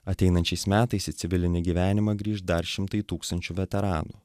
ateinančiais metais į civilinį gyvenimą grįš dar šimtai tūkstančių veteranų